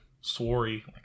sorry